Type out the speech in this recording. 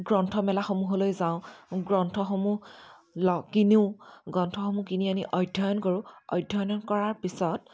গ্ৰন্থমেলাসমূহলৈ যাওঁ গ্ৰন্থসমূহ লওঁ কিনো গ্ৰন্থসমূহ কিনি আনি অধ্যয়ন কৰোঁ অধ্যয়ন কৰাৰ পিছত